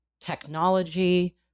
technology